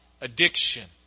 Addiction